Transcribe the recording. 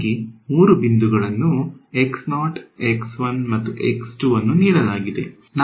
ನಿಮಗೆ ಮೂರು ಬಿಂದುಗಳನ್ನು ಮತ್ತು ಅನ್ನು ನೀಡಲಾಗಿದೆ